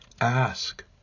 Ask